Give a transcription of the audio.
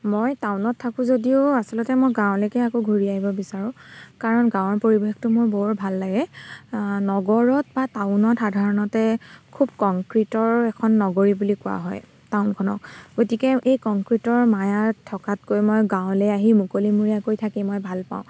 মই টাউনত থাকোঁ যদিও আচলতে মই গাঁৱলৈকে আকৌ ঘূৰি আহিব বিচাৰোঁ কাৰণ গাঁৱৰ পৰিৱেশটো মোৰ বৰ ভাল লাগে নগৰত বা টাউনত সাধাৰণতে খুব কংক্ৰিটৰ এখন নগৰী বুলি কোৱা হয় টাউনখনক গতিকে এই কংক্ৰিটৰ মায়াত থকাতকৈ মই গাঁৱলৈ আহি মুকলিমূৰীয়াকৈ থাকি মই ভাল পাওঁ